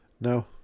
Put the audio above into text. No